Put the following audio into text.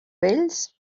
vells